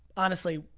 honestly,